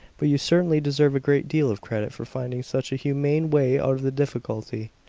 but you certainly deserve a great deal of credit for finding such a humane way out of the difficulty.